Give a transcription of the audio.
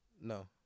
No